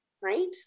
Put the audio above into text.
right